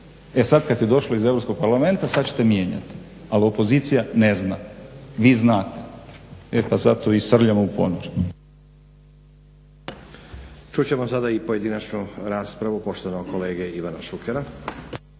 E sad kad je došlo iz Europskog parlamenta sad ćete mijenjati ali opozicija ne zna. Vi znate e pa zato i srljamo u ponor.